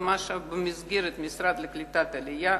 ומה שבמסגרת המשרד לקליטת העלייה,